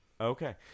Okay